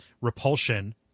repulsion